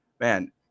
man